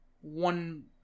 one